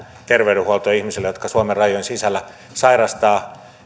terveydenhuoltoa ihmisille jotka suomen rajojen sisällä sairastavat